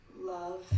love